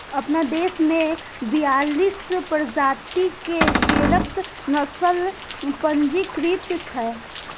अपना देश मे बियालीस प्रजाति के भेड़क नस्ल पंजीकृत छै